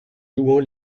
louant